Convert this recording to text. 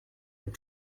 and